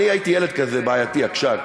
הייתי ילד כזה בעייתי, עקשן,